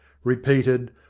repeated,